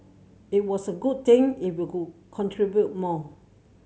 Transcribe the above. it was a good thing if you could contribute more